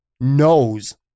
knows